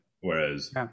whereas